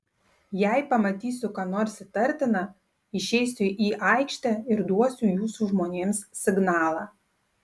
jei pamatysiu ką nors įtartina išeisiu į aikštę ir duosiu jūsų žmonėms signalą